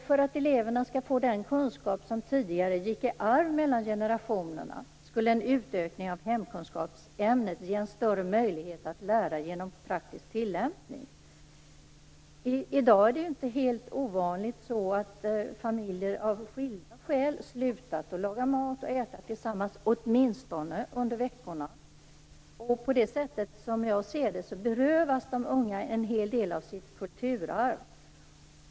För att eleverna skall få den kunskap som tidigare gick i arv mellan generationerna skulle en utökning av hemkunskapsämnet ge en större möjlighet att lära genom praktisk tillämpning. I dag är det ju inte helt ovanligt att familjer av skilda skäl slutat laga mat och äta tillsammans åtminstone under veckorna. Som jag ser det berövas de unga en hel del av sitt kulturarv.